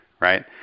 Right